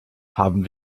haben